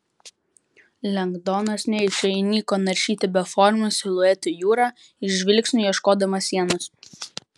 lengdonas nejučia įniko naršyti beformių siluetų jūrą žvilgsniu ieškodamas sienos